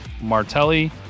Martelli